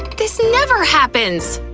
this never happens!